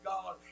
God